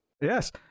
Yes